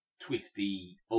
twisty